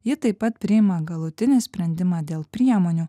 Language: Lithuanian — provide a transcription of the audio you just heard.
ji taip pat priima galutinį sprendimą dėl priemonių